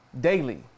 daily